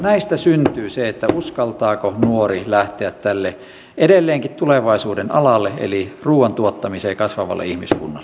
näistä syntyy se uskaltaako nuori lähteä tälle edelleenkin tulevaisuuden alalle eli ruuan tuottamiseen kasvavalle ihmiskunnalle